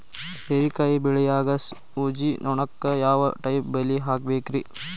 ಹೇರಿಕಾಯಿ ಬೆಳಿಯಾಗ ಊಜಿ ನೋಣಕ್ಕ ಯಾವ ಟೈಪ್ ಬಲಿ ಹಾಕಬೇಕ್ರಿ?